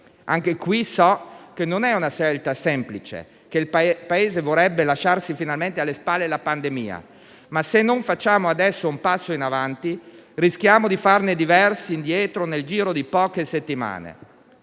caso so che non è una scelta semplice, che il Paese vorrebbe lasciarsi finalmente alle spalle la pandemia, ma se non facciamo adesso un passo in avanti, rischiamo di farne diversi indietro nel giro di poche settimane.